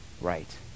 right